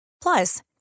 Plus